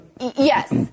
Yes